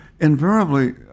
invariably